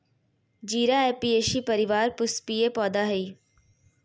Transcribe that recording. जीरा ऍपियेशी परिवार पुष्पीय पौधा हइ